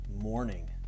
morning